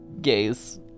gays